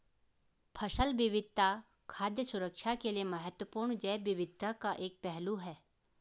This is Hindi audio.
फसल विविधता खाद्य सुरक्षा के लिए महत्वपूर्ण जैव विविधता का एक पहलू है